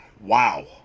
wow